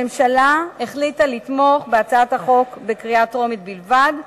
הממשלה החליטה לתמוך בהצעת החוק בקריאה טרומית בלבד,